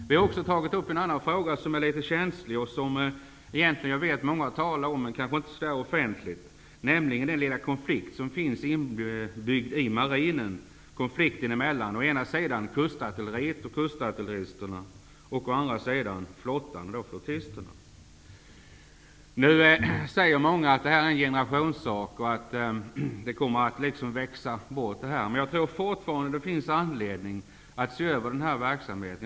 Vi har också tagit upp en annan fråga som är litet känslig och som jag vet att många talar om -- dock inte offentligt. Det gäller den konflikt som finns inbyggd i marinens verksamhet. Där finns en konflikt mellan å ena sidan kustartilleriet och kustartilleristerna och å andra sidan flottan och flottisterna. Nu säger många att det är en generationssak och att konflikten kommer att växa bort. Men jag tror att det fortfarande finns anledning att se över verksamheten.